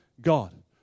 God